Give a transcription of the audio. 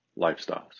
lifestyles